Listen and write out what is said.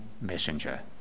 messenger